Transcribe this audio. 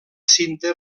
cinta